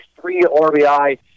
three-RBI